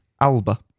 Alba